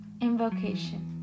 Invocation